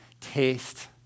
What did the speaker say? Taste